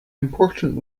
important